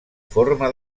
forma